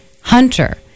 hunter